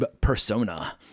Persona